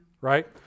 Right